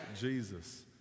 Jesus